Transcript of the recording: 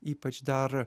ypač dar